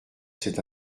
c’est